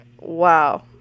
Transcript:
wow